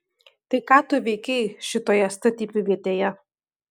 tai ką tu veikei šitoje statybvietėje